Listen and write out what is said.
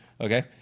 okay